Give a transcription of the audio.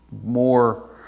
more